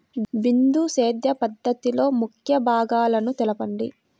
బిందు సేద్య పద్ధతిలో ముఖ్య భాగాలను తెలుపండి?